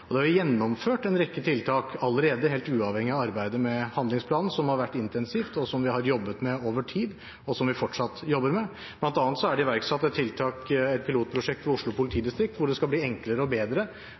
Det er gjennomført en rekke tiltak allerede, helt uavhengig av arbeidet med handlingsplanen, som har vært intensivt, som vi har jobbet med over tid, og som vi fortsatt jobber med. Blant annet er det iverksatt et tiltak, et pilotprosjekt, ved Oslo